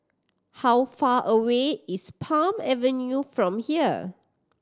how far away is Palm Avenue from here